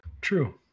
True